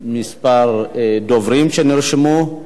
כמה דוברים שנרשמו.